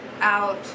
out